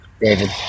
David